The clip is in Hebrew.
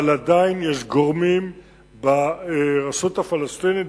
אבל עדיין יש גורמים ברשות הפלסטינית,